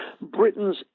Britain's